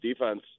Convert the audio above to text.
defense